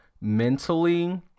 mentally